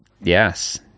yes